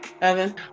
Evan